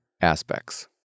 aspects